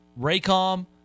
Raycom